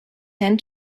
hand